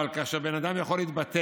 אבל כאשר בן אדם יכול להתבטא